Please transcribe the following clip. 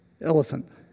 elephant